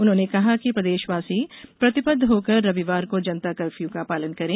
उन्होंने कहा कि प्रदेशवासी प्रतिबद्ध होकर रविवार को जनता कर्फ्यू का पालन करें